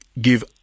give